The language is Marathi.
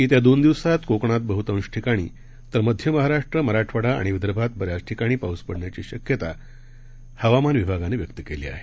येत्या दोन दिवसात कोकणात बह्तांशठिकाणी तर मध्य महाराष्ट्र मराठवाडा आणि विदर्भात बऱ्याच ठिकाणी पाऊस पडण्याची शक्यता हवामान विभागानं व्यक्त केली आहे